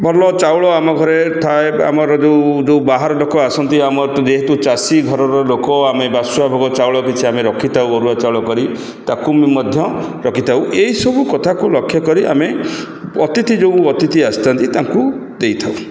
ଭଲ ଚାଉଳ ଆମ ଘରେ ଥାଏ ଆମର ଯୋଉ ଯୋଉ ବାହାର ଲୋକ ଆସନ୍ତି ଆମର ଯେହେତୁ ଚାଷୀ ଘରର ଲୋକ ଆମେ ବାସୁଆଭୋଗ ଚାଉଳ କିଛି ଆମେ ରଖିଥାଉ ଅରୁଆ ଚାଉଳ କରି ତାକୁ ବି ମଧ୍ୟ ରଖିଥାଉ ଏଇସବୁ କଥାକୁ ଲକ୍ଷ୍ୟ କରି ଆମେ ଅତିଥି ଯୋଉ ଅତିଥି ଆସିଥାନ୍ତି ତାଙ୍କୁ ଦେଇଥାଉ